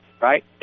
right